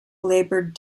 laboured